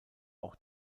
auch